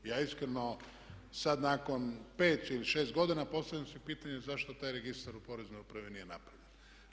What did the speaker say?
Ja iskreno sad nakon 5 ili 6 godina postavljam si pitanje zašto taj registar u Poreznoj upravi nije napravljen?